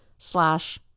slash